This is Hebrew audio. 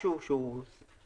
משהו שהוא סביר,